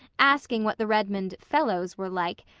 asking what the redmond fellows were like,